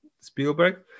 Spielberg